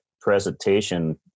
presentation